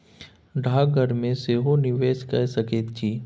डाकघर मे सेहो निवेश कए सकैत छी